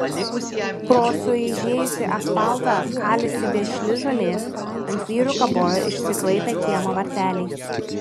pro sueižėjusį asfaltą kalėsi vešli žolė ant vyrių kabojo išsiklaipę kiemo varteliai